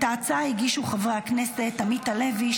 את ההצעה הגישו חברי הכנסת עמית הלוי,